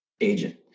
agent